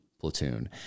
platoon